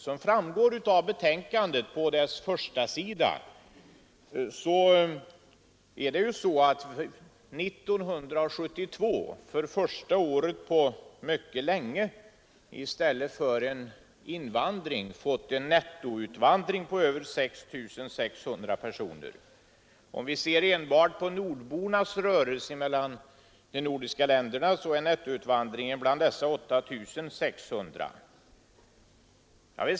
Som framgår av första sidan i betänkandet fick vi 1972 för första gången på mycket länge i stället för ett invandringsöverskott en nettoutvandring på över 6 600 personer. För kategorin nordbor uppgick nettoutvandringen till 8 600.